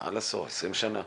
20 שנים